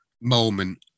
moment